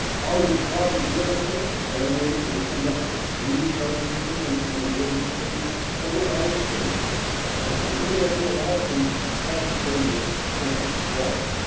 hollywood tried to deal with this. and they they came up with three d revolution and in the early fifty s then the widescreen ah but and we're going to do a lot of things to try to show you what this was like.